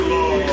Lord